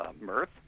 Mirth